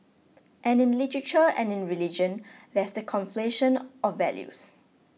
and in literature and in religion there's the conflation of values